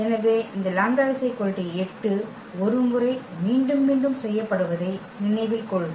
எனவே இந்த λ 8 ஒரு முறை மீண்டும் மீண்டும் செய்யப்படுவதை நினைவில் கொள்க